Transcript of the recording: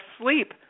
sleep